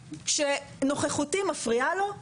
שנוכחותי מפריעה לו,